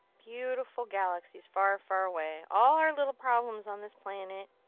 beautiful galaxies, far far away. all our little problems on this planet,